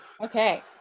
Okay